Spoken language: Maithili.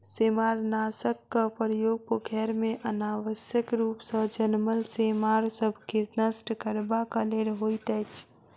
सेमारनाशकक प्रयोग पोखैर मे अनावश्यक रूप सॅ जनमल सेमार सभ के नष्ट करबाक लेल होइत अछि